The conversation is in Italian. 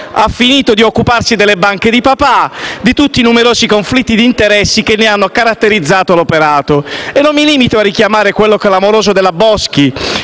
ha finito di occuparsi delle banche di papà e di tutti i numerosi conflitti d'interesse che ne hanno caratterizzato l'operato. E non mi limito a richiamare quello clamoroso della Boschi,